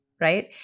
right